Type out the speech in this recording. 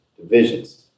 divisions